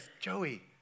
Joey